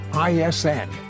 ISN